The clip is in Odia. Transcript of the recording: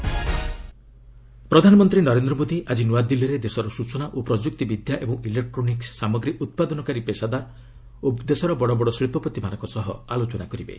ପିଏମ୍ ଆଇଟି ପ୍ରଧାନମନ୍ତ୍ରୀ ନରେନ୍ଦ୍ର ମୋଦି ଆଜି ନୂଆଦିଲ୍ଲୀରେ ଦେଶର ସ୍ୱଚନା ଓ ପ୍ରମ୍ଭକ୍ତି ବିଦ୍ୟା ଏବଂ ଇଲେକ୍ଟ୍ରୋନିକ୍ ସାମଗ୍ରୀ ଉତ୍ପାଦନକାରୀ ପେଷାଦାର ଏବଂ ଦେଶର ବଡ଼ବଡ଼ ଶିଳ୍ପପତିମାନଙ୍କ ସହ ଆଲୋଚନା କରିବେ